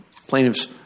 plaintiff's